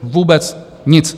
Vůbec nic.